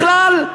בכלל,